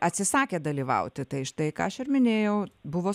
atsisakė dalyvauti tai štai ką aš ir minėjau buvo